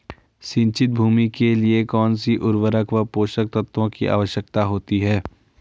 सिंचित भूमि के लिए कौन सी उर्वरक व पोषक तत्वों की आवश्यकता होती है?